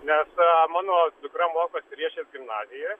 nes mano dukra mokosi riešės gimnazijoj